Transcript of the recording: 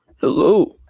Hello